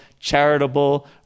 charitable